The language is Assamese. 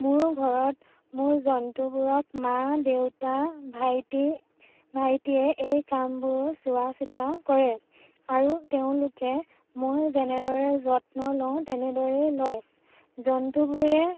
মোৰ ঘৰত মোৰ জন্তুবোৰক মা দেউতা ভাইটি ভাইটিয়ে এই কামবোৰ চোৱা চিতা কৰে আৰু তেওঁলোকে মই যেনেদৰে যত্ন লওঁ তেনেদৰেই লয় জন্তুবোৰে